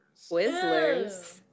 Twizzlers